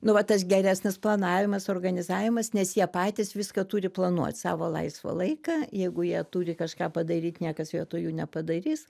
nu va tas geresnis planavimas organizavimas nes jie patys viską turi planuot savo laisvą laiką jeigu jie turi kažką padaryt niekas vietoj jų nepadarys